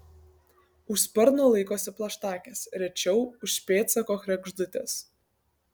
už sparno laikosi plaštakės rečiau už pėdsako kregždutės